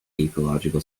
ecological